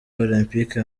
olempike